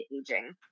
aging